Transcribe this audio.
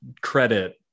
credit